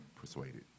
persuaded